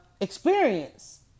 experience